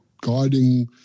guiding